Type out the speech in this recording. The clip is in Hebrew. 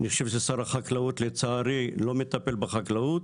אני חושב ששר החקלאות לצערי לא מטפל בחקלאות,